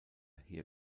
hier